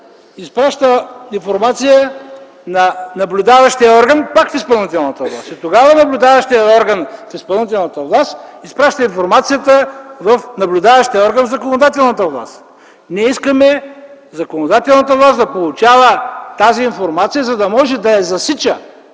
изпраща информация на наблюдаващия орган пак в изпълнителната власт и тогава наблюдаващият орган в изпълнителната власт изпраща информацията в наблюдаващия орган в законодателната власт. Ние искаме законодателната власт да получава тази информация, за да може да я засича,